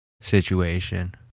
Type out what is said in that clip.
situation